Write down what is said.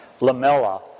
lamella